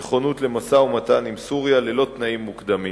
נכונות למשא-ומתן עם סוריה ללא תנאים מוקדמים.